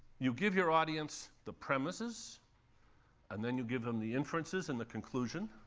you give your audience the premises and then you give them the inferences and the conclusion,